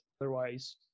Otherwise